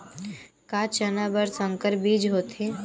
का चना बर संकर बीज होथे?